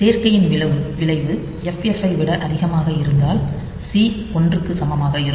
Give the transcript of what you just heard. சேர்க்கையின் விளைவு FF ஐ விட அதிகமாக இருந்தால் C ஒன்றுக்கு சமமாக இருக்கும்